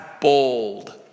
bold